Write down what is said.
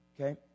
Okay